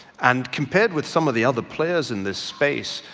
and compared with some of the other players in this space,